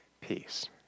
peace